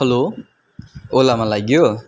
hello ओलामा लाग्यो